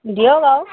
দিয়ক আৰু